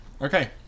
Okay